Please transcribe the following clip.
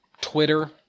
Twitter